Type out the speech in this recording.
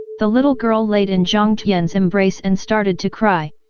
the little girl laid and jiang tian's embrace and started to cry.